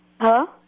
Hello